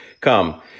come